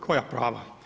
Koja prava?